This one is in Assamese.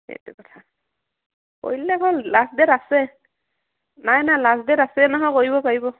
সেইটো কথা কৰিলে হ'ল লাষ্ট ডে'ট আছে নাই নাই লাষ্ট ডে'ট আছে নহয় কৰিব পাৰিব